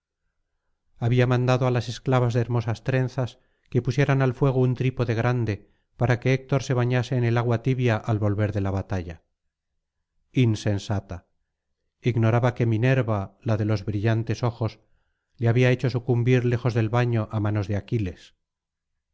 había mandado á las esclavas de hermosas trenzas que pusieran al fuego un trípode grande para que héctor se bañase en agua tibia al volver de la batalla insensata ignoraba que minerva la de los brillantes ojos le había hecho sucumbir lejos del baño á manos de aquiles